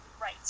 Right